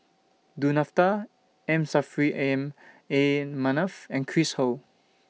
Du Nanfa M Saffri Am A Manaf and Chris Ho